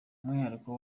umwihariko